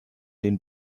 den